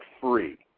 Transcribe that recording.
free